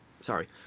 Sorry